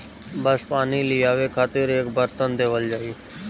बस पानी लियावे खातिर एक बरतन देवल जाई